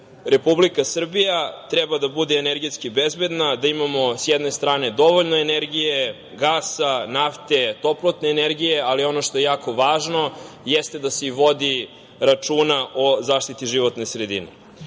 Republika Srbija treba da bude energetski bezbedna, da imamo s jedne strane dovoljno energije, gasa, nafte, toplotne energije, ali ono što je jako važno jeste da se i vodi računa o zaštiti životne